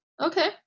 Okay